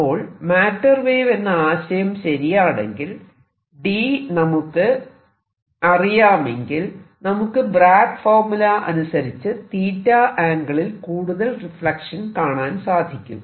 അപ്പോൾ matter wave എന്ന ആശയം ശരിയാണെങ്കിൽ d നമുക്ക് അറിയാമെങ്കിൽ നമുക്ക് ബ്രാഗ്ഗ് ഫോർമുല അനുസരിച്ച് θ ആംഗിളിൽ കൂടുതൽ റിഫ്ലക്ഷൻ കാണാൻ സാധിക്കും